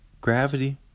Gravity